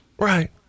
Right